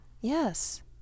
Yes